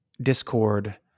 discord